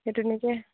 সেইটো নেকে